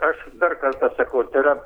aš dar kartą sakau tai yra